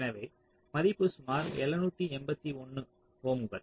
எனவே இந்த மதிப்பு சுமார் 781 ஓம்கள்